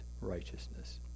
righteousness